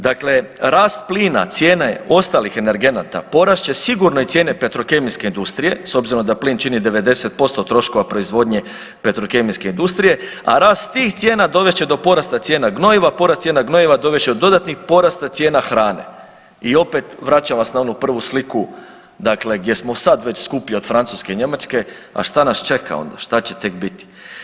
Dakle, rast plina i cijene ostalih energenata, porast će sigurno i cijene petrokemijske industrije, s obzirom da plin čini 90% troškova proizvodnje petrokemijske industrije, a rast tih cijena dovest će do porasta cijena gnojiva, porast cijena gnojiva dovest će do dodatnih porasta cijena hrane i opet, vraćam vas na onu prvu sliku, dakle gdje smo sad već skuplji od Francuske i Njemačke, a šta nas čeka onda, šta će tek biti.